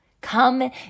Come